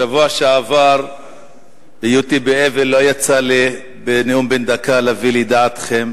בשבוע שעבר בהיותי באבל לא יצא לי בנאום בן דקה להביא לידיעתכם